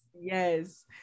Yes